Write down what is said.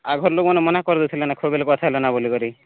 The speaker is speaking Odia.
ଆଘର ଲୋକମାନେ ମନା କରି ଦେଉଥିଲେ ନା ଖୁବ୍ ବେଲେ କଥା ହେଲ ନା ବୋଲି କରି